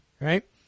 right